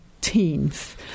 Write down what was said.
teens